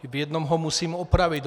V jednom ho musím opravit.